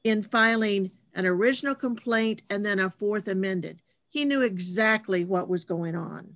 in filing and original complaint and then a th amended he knew exactly what was going on